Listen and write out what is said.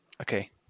Okay